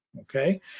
okay